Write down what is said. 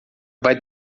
vai